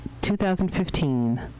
2015